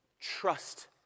trust